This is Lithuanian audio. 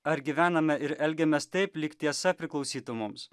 ar gyvename ir elgiamės taip lyg tiesa priklausytų mums